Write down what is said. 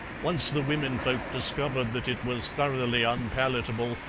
once the womenfolk discovered that it was thoroughly unpalatable,